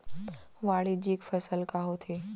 वाणिज्यिक फसल का होथे?